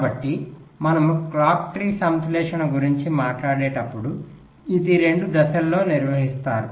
కాబట్టి మనము clock tree సంశ్లేషణ గురించి మాట్లాడేటప్పుడు ఇది 2 దశల్లో నిర్వహిస్తారు